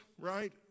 right